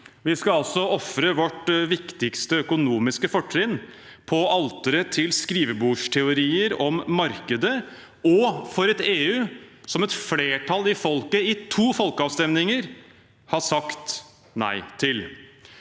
Vi skal altså ofre vårt viktigste økonomiske fortrinn på alteret til skrivebordsteorier om markedet, og for et EU som et flertall i folket i to folkeavstemninger har sagt nei til.